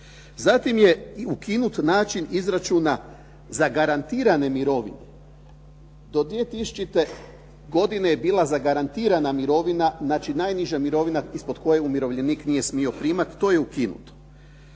Zatim je i ukinut način izračuna zagarantirane mirovine, do 2000. godine je bila zagarantirana mirovine, znači najniža mirovina ispod koje umirovljenik nije smio primati, to je ukinuto.